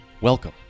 welcome